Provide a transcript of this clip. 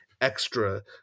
extra